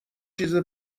چیزی